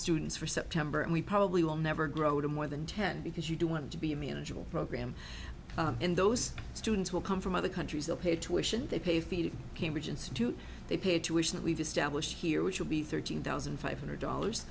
students for september and we probably will never grow to more than ten because you do want to be a manageable program and those students will come from other countries they'll pay tuition they pay feed in cambridge institute they pay tuition and we've established here which will be thirteen thousand five hundred dollars